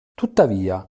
tuttavia